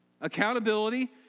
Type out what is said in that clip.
Accountability